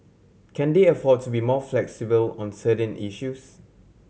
can they afford to be more flexible on certain issues